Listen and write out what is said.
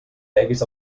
deguis